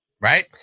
right